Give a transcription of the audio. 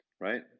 right